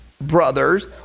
brothers